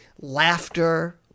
laughter